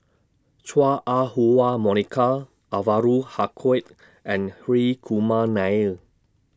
Chua Ah Huwa Monica Anwarul Haque and Hri Kumar Nair